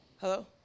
Hello